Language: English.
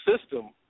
system